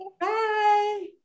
Bye